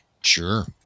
Sure